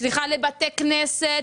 לבתי כנסת,